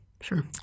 sure